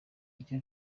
icyo